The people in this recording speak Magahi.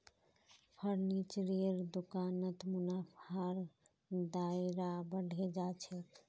फर्नीचरेर दुकानत मुनाफार दायरा बढ़े जा छेक